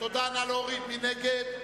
מי נגד?